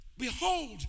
Behold